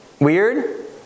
weird